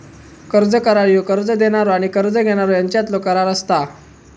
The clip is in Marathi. कर्ज करार ह्यो कर्ज देणारो आणि कर्ज घेणारो ह्यांच्यातलो करार असता